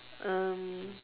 um